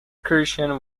creation